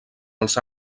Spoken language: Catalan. els